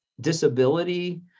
disability